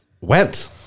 went